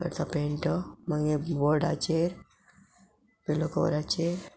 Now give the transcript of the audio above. करता पेंट मागीर बोर्डाचेर पिलो कवराचेर